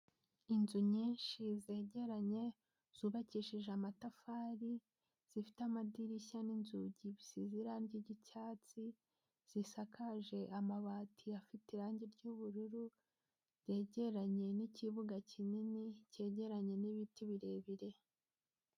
Inzu nyinshi zegeranye, zubakishije amatafari, zifite amadirishya n'inzugi bisize irangi ry'icyatsi, zisakaje amabati afite irangi ry'ubururu, ryegeranye n'ikibuga kinini, cyegeranye n'ibiti birebire.